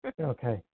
Okay